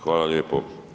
Hvala lijepo.